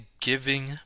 giving